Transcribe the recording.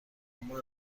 اما